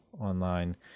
online